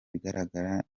bigaragarira